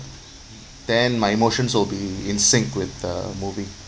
then my emotions will be in sync with the movie